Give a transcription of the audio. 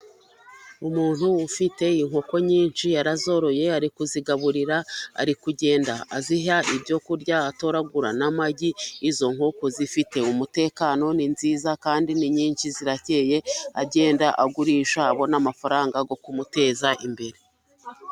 Umuntu ufite inkoko nyinshi yarazoroye ari kuzigaburira ari kugenda aziha ibyo kurya atoragura n'amagi, izo nkoko zifite umutekano ni nziza kandi ni nyinshi zirakeye, agenda agurisha abona amafaranga yo kumuteza imbere.